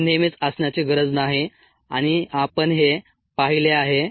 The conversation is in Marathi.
हे नेहमीच असण्याची गरज नाही आणि आपण हे पाहिले आहे